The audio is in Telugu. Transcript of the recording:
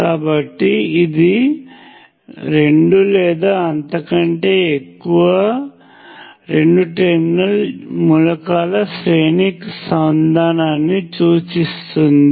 కాబట్టి ఇది రెండు లేదా అంతకంటే ఎక్కువ రెండు టెర్మినల్ మూలకాల శ్రేణి సంధానాన్ని సూచిస్తుంది